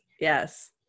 Yes